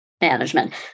management